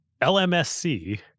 LMSC